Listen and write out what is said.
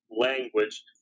language